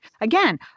Again